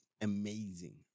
Amazing